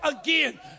again